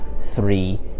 three